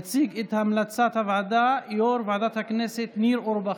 יציג את המלצת הוועדה יושב-ראש ועדת הכנסת ניר אורבך.